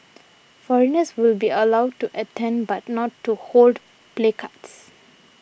foreigners will be allowed to attend but not to hold placards